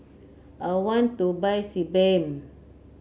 I want to buy Sebamed